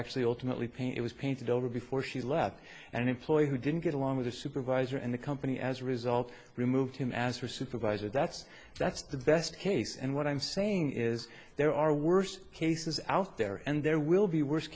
actually ultimately pain it was painted over before she left an employee who didn't get along with the supervisor and the company as a result removed him as her supervisor that's that's the best case and what i'm saying is there are worse cases out there and there will be worse